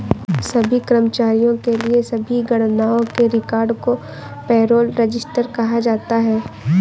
सभी कर्मचारियों के लिए सभी गणनाओं के रिकॉर्ड को पेरोल रजिस्टर कहा जाता है